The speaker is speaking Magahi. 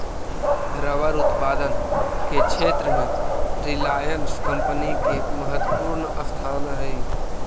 रबर उत्पादन के क्षेत्र में रिलायंस कम्पनी के महत्त्वपूर्ण स्थान हई